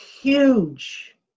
huge